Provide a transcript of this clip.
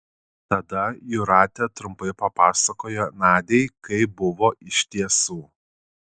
tada jūratė trumpai papasakojo nadiai kaip buvo iš tiesų